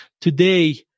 Today